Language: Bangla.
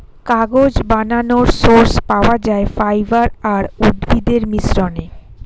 কাগজ বানানোর সোর্স পাওয়া যায় ফাইবার আর উদ্ভিদের মিশ্রণে